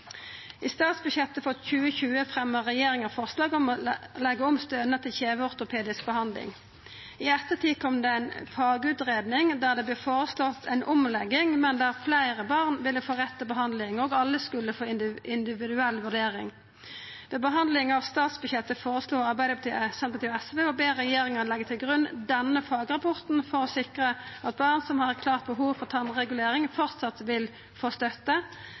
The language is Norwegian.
I statsbudsjettet for 2020 fremja regjeringa forslag om å leggja om stønad til kjeveortopedisk behandling. I ettertid kom det ei fagutgreiing der det vart føreslått ei omlegging, men der fleire barn ville få rett til behandling, og alle skulle få individuell vurdering. Ved behandlinga av statsbudsjettet føreslo Arbeidarpartiet, Senterpartiet og SV å be regjeringa leggja til grunn denne fagrapporten for å sikra at barn som har eit klart behov for tannregulering, framleis vil få støtte.